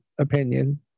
opinion